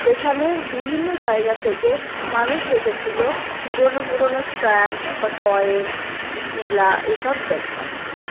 যেখানে বিভিন্ন জায়গা থেকে মানুষ এসেছিলো পুরোনো পুরোনো স্ট্যাম্প বা কয়েন বা শিলা এইসব দেখবার জন্য